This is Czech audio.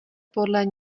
podle